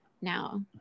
now